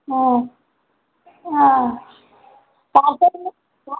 ಹ್ಞೂ ಹಾಂ ಪಾರ್ಸೆಲ್